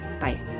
Bye